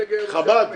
חב"ד?